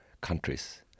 countries